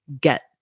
get